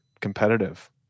competitive